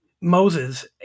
Moses